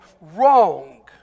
wrong